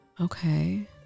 Okay